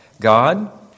God